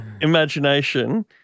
imagination